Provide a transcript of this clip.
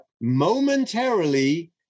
momentarily